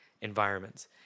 environments